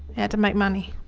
and to make money.